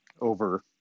over